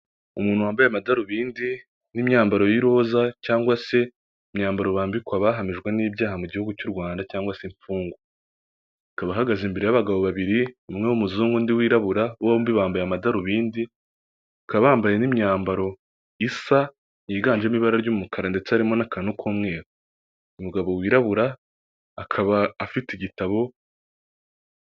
Umuntu wambaye amadarubindi n'imyambaro y'iroza cyangwa se imyambaro bambikwa bahamijwe n'ibyaha mu gihugu cy'u Rwanda cyangwa se imfungwa, akaba ahahagaze imbere y'abagabo babiri umwe w'umuzungu undi wirabura bombi bambaye amadarubindi, bakaba bambaye n'imyambaro isa yiganjemo ibara ry'umukara ndetse harimo n'akantu k'umweru, Umugabo wirabura akaba afite igitabo